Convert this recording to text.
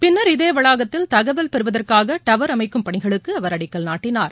பின்னர் இதே வளாகத்தில் தகவல் பெறுவதற்காக டவர் அமைக்கும் பணிகளுக்கு அவர் அடிக்கல் நாட்டினார்